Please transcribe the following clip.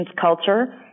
culture